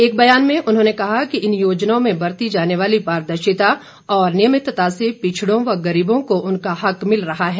एक बयान में उन्होंने कहा कि इन योजनाओं में बरती जाने वाली पारदर्शिता और नियमितता से पिछड़ों व गरीबों को उनका हक मिल रहा है